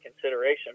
consideration